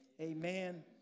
Amen